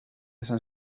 esan